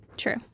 True